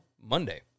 Monday